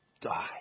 die